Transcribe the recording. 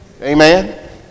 amen